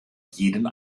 jeden